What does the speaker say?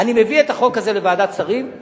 אני מביא את החוק הזה לוועדת השרים,